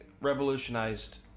revolutionized